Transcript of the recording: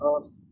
ask